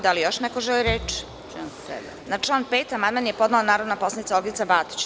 Da li još neko želi reč? (Ne.) Na član 5. amandman je podnela narodni poslanik Olgica Batić.